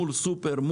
מול סופר,